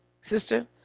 sister